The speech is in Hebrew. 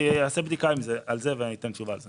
אערוך בדיקה ואחזור עם תשובה על זה.